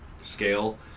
scale